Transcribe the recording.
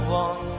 one